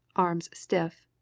arms stiff.